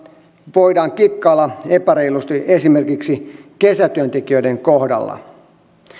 voidaan kikkailla epäreilusti esimerkiksi kesätyöntekijöiden kohdalla